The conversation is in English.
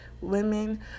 women